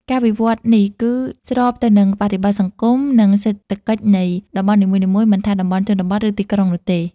ការវិវត្តន៍នេះគឺស្របទៅនឹងបរិបទសង្គម និងសេដ្ឋកិច្ចនៃតំបន់នីមួយៗ មិនថាតំបន់ជនបទ ឬទីក្រុងនោះទេ។